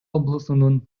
облусунун